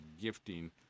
gifting